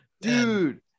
dude